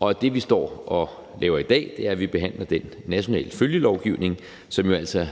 Og det, vi står og laver i dag, er, at vi behandler den nationale følgelovgivning, som altså